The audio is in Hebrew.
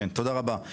תודה רבה.